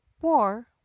war